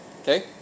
Okay